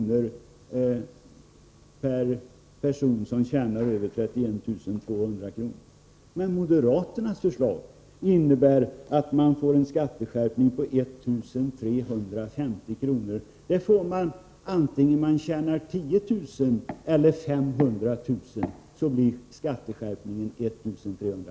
för en person som tjänar över 31 200 kr. Men moderaternas förslag innebär en skatteskärpning på 1 350 kr., vare sig man tjänar 10 000 eller 500 000 kr.